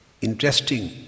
interesting